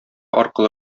аркылы